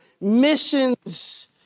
missions